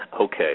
Okay